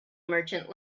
merchant